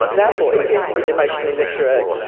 therefore edith is emotionally literate,